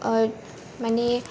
माने